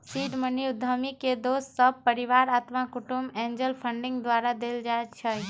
seed money उद्यमी के दोस सभ, परिवार, अत्मा कुटूम्ब, एंजल फंडिंग द्वारा देल जाइ छइ